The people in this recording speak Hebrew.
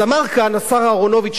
אז אמר כאן השר אהרונוביץ,